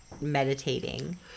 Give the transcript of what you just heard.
meditating